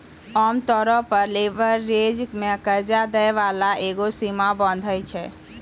आमतौरो पे लीवरेज मे कर्जा दै बाला एगो सीमा बाँधै छै